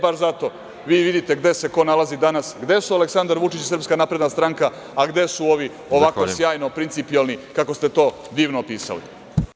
Baš zato, vidite gde se ko nalazi danas, gde su Aleksandar Vučić i SNS, a gde su ovi ovako sjajni, principijelni, kako ste to divno opisali.